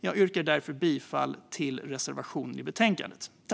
Jag yrkar därför bifall till reservationen i betänkandet.